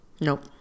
Nope